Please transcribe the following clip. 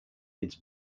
its